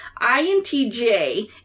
INTJ